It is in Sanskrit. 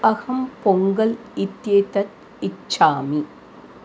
अहं पोङ्गल् इत्येतत् इच्छामि